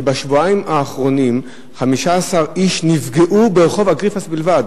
שבשבועיים האחרונים 15 איש נפגעו ברחוב אגריפס בלבד.